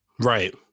Right